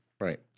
Right